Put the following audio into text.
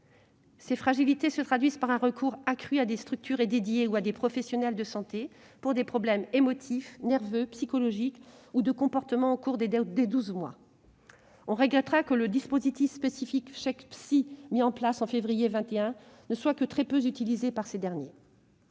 Ces fragilités se traduisent par un recours accru à des structures dédiées ou à des professionnels de santé pour des problèmes émotifs, nerveux, psychologiques ou de comportement au cours des douze mois. On regrettera que le dispositif spécifique du « chèque psy », mis en place en février 2021, ne soit que très peu utilisé par les étudiants.